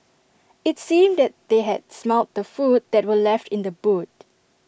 IT seemed that they had smelt the food that were left in the boot